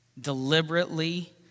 deliberately